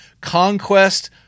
Conquest